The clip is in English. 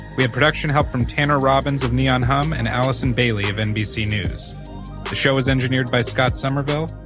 we have production help from tanner robbins of neon hum and allison bailey of nbc news. the show is engineered by scott somerville.